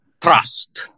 trust